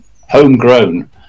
homegrown